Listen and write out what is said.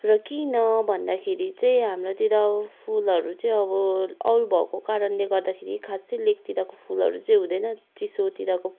र किन भन्दाखेरि चाहिँ हाम्रोतिर अब फुलहरू चाहिँ अब औल भएको कारणले गर्दाखेरि खासै लेकतिरको फुलहरू चाहिँ हुँदैन चिसोतिरको